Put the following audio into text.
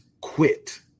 quit